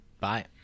Bye